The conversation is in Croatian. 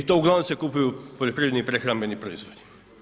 I to uglavnom se kupuju poljoprivredni i prehrambeni proizvodi.